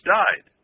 died